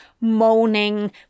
moaning